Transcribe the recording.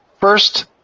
first